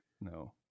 No